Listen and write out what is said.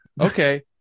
Okay